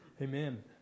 Amen